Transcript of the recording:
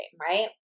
right